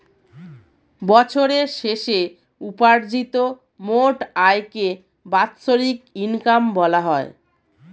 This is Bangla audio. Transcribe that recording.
বছরের শেষে উপার্জিত মোট আয়কে বাৎসরিক ইনকাম বলা হয়